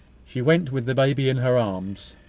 she went, with the baby in her arms,